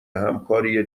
همکاری